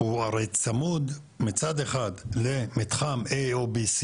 הוא הרי צמוד מצד אחד למתחם A או B,